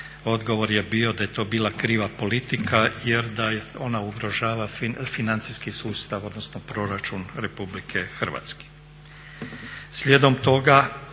odgovor je bio da je to bila kriva politika jer da ona ugrožava financijski sustav odnosno Proračun RH. Slijedom toga,